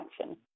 action